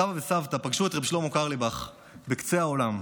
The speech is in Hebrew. סבא וסבתא פגשו את רֶבּ שלמה קרליבך בקצה העולם,